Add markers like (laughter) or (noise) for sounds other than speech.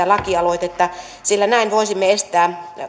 (unintelligible) lakialoitetta sillä näin voisimme estää